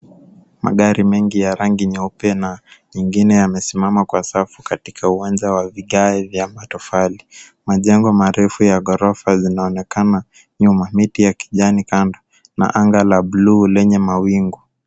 Magari mengi ya rangi nyeupe na mengine, yamesimama kwa safu katika uwanja wa vigae vya matofali. Majengo marefu ya ghorofa zinaonekana nyuma, miti ya kijani kando, na anga la blue lenye mawingu.